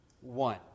one